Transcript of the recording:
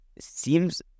seems